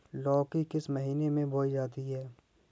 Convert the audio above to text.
लौकी किस महीने में बोई जाती है?